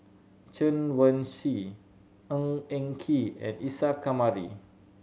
Chen Wen Hsi Ng Eng Kee and Isa Kamari